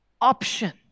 option